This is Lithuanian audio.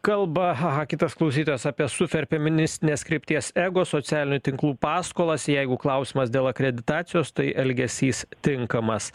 kalba ha ha kitas klausytojas apie suferfeministinės krypties ego socialinių tinklų paskolas jeigu klausimas dėl akreditacijos tai elgesys tinkamas